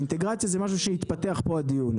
האינטגרציה זה משהו שהתפתח פה הדיון,